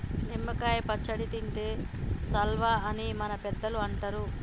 నిమ్మ కాయ పచ్చడి తింటే సల్వా అని మన పెద్దలు అంటరు